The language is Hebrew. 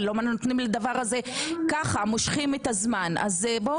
אני לא מבינה למה נותנים לדבר הזה ככה מושכים את הזמן --- אנחנו